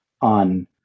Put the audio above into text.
on